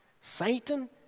Satan